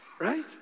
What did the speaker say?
Right